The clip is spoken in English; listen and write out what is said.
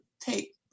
take